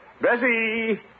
Bessie